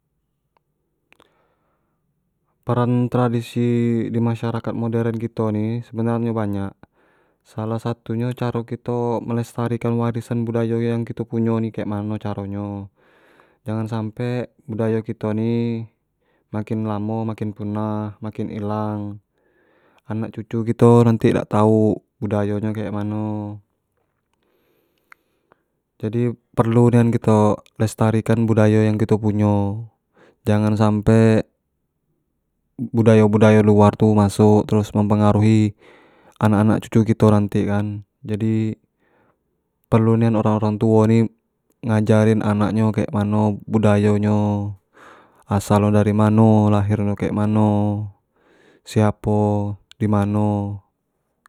peran tradisi di masyarakat moderen kito ni sebenarnyo banyak, salah satu nyo caro kito melestarikan kewarisan budayo yang kito punyo ni kek mano caro nyo jangan sampe budayo kito ni makin lamo makin punah, makin ilang, anak cucu kito nanti dak tau budayo nyo kek mano jadi perlu nian kito lestarikan budayo yang kiot punyo jangan sampe, budayo budayo luar tu masuk terus mempengaruhi anak anak cucu kito nanti kan, jadi perlu nian orang orang tu ni ngajarin anak nyo kek mano budayo nyo, asal nyo dari mano, lahir nyo kek mano, siapo, dimano.